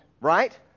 right